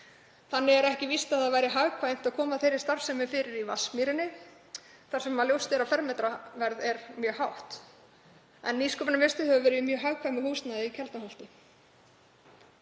Þannig er ekki víst að hagkvæmt væri að koma þeirri starfsemi fyrir í Vatnsmýrinni þar sem ljóst er að fermetraverð er mjög hátt, en Nýsköpunarmiðstöð hefur verið í mjög hagkvæmu húsnæði í Keldnaholti.